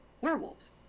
werewolves